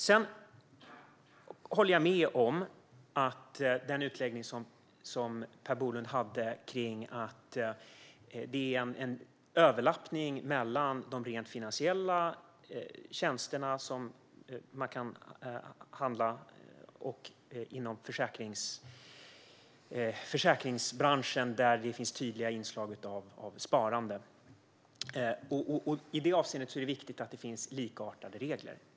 Sedan håller jag med om den utläggning som Per Bolund hade kring överlappningen mellan de rent finansiella tjänsterna och försäkringsbranschen, där det finns tydliga inslag av sparande. I det avseendet är det viktigt att det finns likartade regler.